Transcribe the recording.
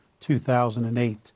2008